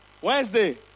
Wednesday